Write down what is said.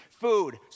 food